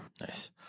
Nice